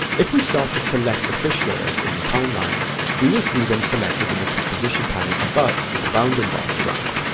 if we start to select the fish layers in the timeline we will see them selected in the composition panel above with the bounding box around.